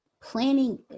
planning